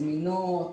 זמינות,